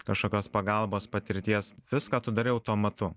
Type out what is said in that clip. kažkokios pagalbos patirties viską tu darai automatu